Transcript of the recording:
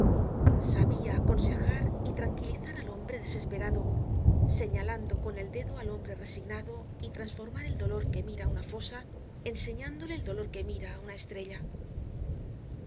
sabia aconsejar y tranquilizar al hombre desesperado señalando con el dedo al hombre resignado y trasformar el dolor que mira á una fosa enseñándole el dolor que mira auna estrella